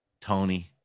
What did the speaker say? tony